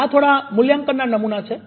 આ થોડા મૂલ્યાંકનનાં નમૂના છે